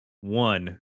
one